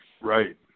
Right